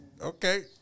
okay